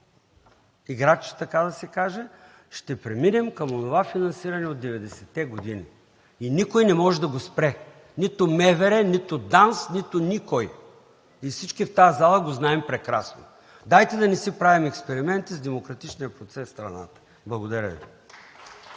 играч, така да се каже, ще преминем към онова финансиране от 90-те години и никой не може да го спре – нито МВР, нито ДАНС, нито никой. Всички в тази зала го знаем прекрасно. Дайте да не си правим експерименти с демократичния процес в страната. Благодаря Ви.